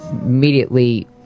immediately